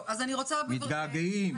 מתגעגעים.